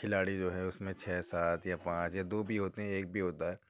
کھلاڑی جو ہیں اُس میں چھ سات یا پانچ دو بھی ہوتے ہیں ایک بھی ہوتا ہے